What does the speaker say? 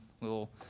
little